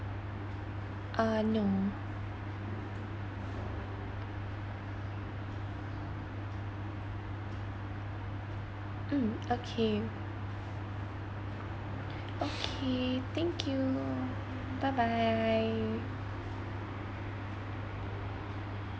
uh no mm okay okay thank you bye bye